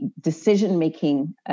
decision-making